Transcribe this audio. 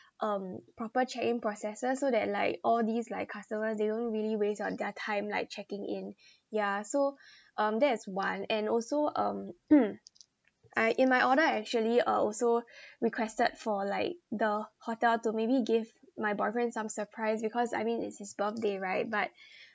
um proper check in processes so that like all these like customers they don't really waste on their time like checking in ya so um that is one and also um I in my order I actually uh also requested for like the hotel to maybe give my boyfriend some surprise because I mean it's his birthday right but